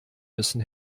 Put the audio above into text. müssen